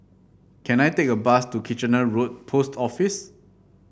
can I take a bus to Kitchener Road Post Office